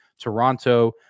Toronto